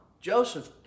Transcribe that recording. Joseph